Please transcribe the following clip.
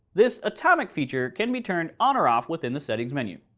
this atomic feature can be turned on or off within the settings menu.